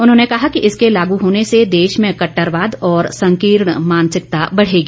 उन्होंने कहा कि इसके लागू होने से देश में केट्रवाद ओर संकीर्ण मानसिकता बढ़ेगी